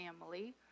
family